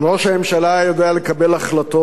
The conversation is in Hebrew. אם ראש הממשלה היה יודע לקבל החלטות,